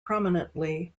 prominently